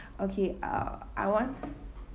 okay uh I want